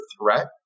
threat